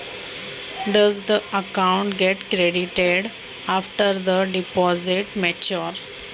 ठेवी मॅच्युअर झाल्यावर खात्यामध्ये पैसे जमा होतात का?